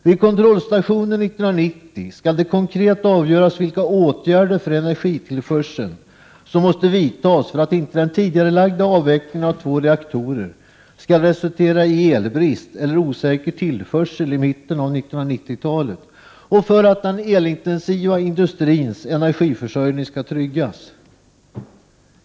Vid kontrollstationen 1990 skall det konkret avgöras vilka åtgärder för energitillförseln som måste vidtas för att inte den tidigarebeslutade avvecklingen av två reaktorer skall resultera i elbrist eller osäker tillförsel i mitten av 1990-talet och för att den elintensiva industrins energiförsörjning skall tryggas.